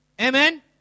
Amen